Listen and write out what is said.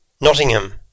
Nottingham